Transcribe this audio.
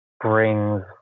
brings